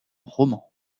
roman